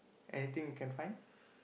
anything you can find